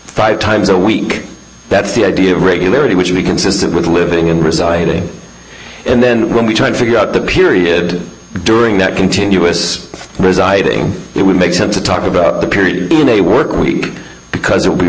five times a week that's the idea of regularity which be consistent with living in residing and then when we try to figure out the period during that continuous residing it would make sense to talk about the period in a work week because